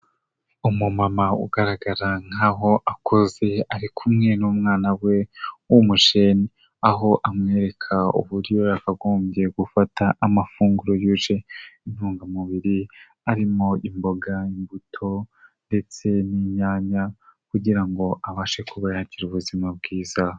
umumama ugaragara nk'aho akoze ari kumwe n'umwana we w'umujei aho amwereka uburyo yakagombye gufata amafunguro yuje intungamubiri arimo imbogaimbuto ndetse n'inyanya kugira ngo abashe kuba yakira ubuzima bwiza Umumama ugaragara nkaho akuze ari kumwe n'umwana we w'umujeni aho amwereka uburyo yakagombye gufata amafunguro yuje intungamubiri, harimo imboga n'imbuto ndetse n'inyanya kugirango abashe kuba yagira ubuzima bwiza.